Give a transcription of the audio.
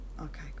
okay